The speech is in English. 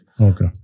okay